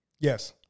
yes